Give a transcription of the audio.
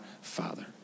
father